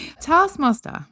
Taskmaster